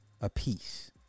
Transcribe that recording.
apiece